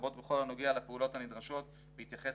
לרבות בכל הנוגע לפעולות הנדרשות בהתייחס